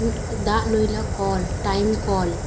ᱫᱟᱜ ᱱᱩᱭᱞᱟ call time ᱠᱚᱞ